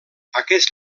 aquest